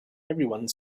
everyone